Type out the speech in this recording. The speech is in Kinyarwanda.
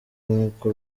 nk’uko